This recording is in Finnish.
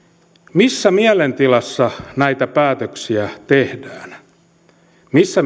missä mielentilassa näitä päätöksiä tehdään missä